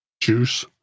juice